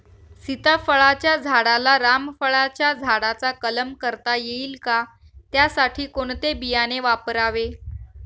सीताफळाच्या झाडाला रामफळाच्या झाडाचा कलम करता येईल का, त्यासाठी कोणते बियाणे वापरावे?